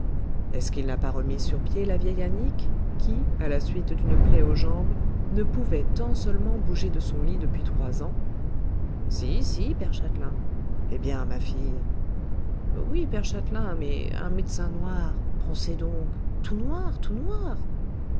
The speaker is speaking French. est-ce qu'il n'a pas remis sur pied la vieille anique qui à la suite d'une plaie aux jambes ne pouvait tant seulement bouger de son lit depuis trois ans si si père châtelain eh bien ma fille oui père châtelain mais un médecin noir pensez donc tout noir tout noir